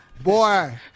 boy